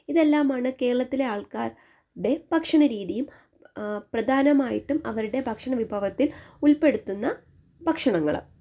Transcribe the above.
ഇതെല്ലാമാണ് കേരളത്തിലെ ആൾക്കാരുടെ ഭക്ഷണരീതിയിൽ പ്രധാനമായിട്ടും അവരുടെ ഭക്ഷണവിഭവത്തിൽ ഉള്പ്പെടുത്തുന്ന ഭക്ഷണങ്ങൾ